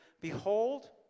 Behold